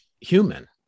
human